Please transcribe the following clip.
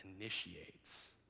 initiates